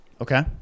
Okay